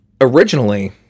originally